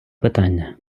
питання